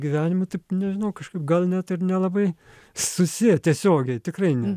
gyvenimu taip nežinau kažkaip gal net ir nelabai susiję tiesiogiai tikrai ne